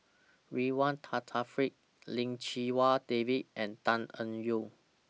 Ridzwan Dzafir Lim Chee Wai David and Tan Eng Yoon